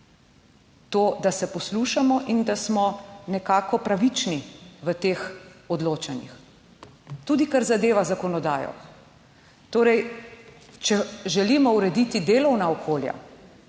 To, da se poslušamo in da smo nekako pravični v teh odločanjih, tudi kar zadeva zakonodajo. Torej, če želimo urediti delovna okolja,